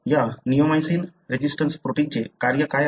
या neomycin resistance प्रोटीनचे काय कार्य आहे